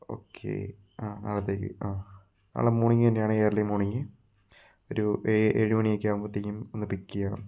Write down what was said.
okay ആ നാളത്തേക്ക് ആ നാളെ മോർണിംഗ് തന്നെയാണ് ഏർലി മോർണിംഗ് ഒരു ഏഴ് മണിയൊക്കെ ആവുമ്പോഴേക്കും ഒന്ന് പിക്ക് ചെയ്യണം